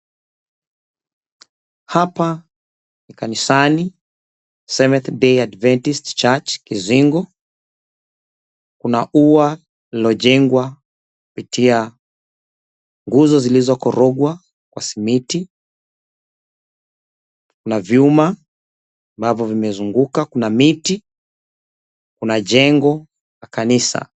Hapa ni kanisani, SEVENTH DAY ADVENTIST CHURCH KIZINGO, kuna ua lililojengwa kupitia nguzo zilizokorogwa kwa simiti, kuna vyuma ambavyo vimezunguka, kuna miti, kuna jengo na kanisa.